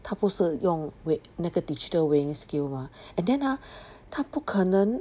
他不是用 with 那个 digital weighing scale mah and then ah 他不可能